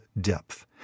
depth